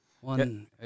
One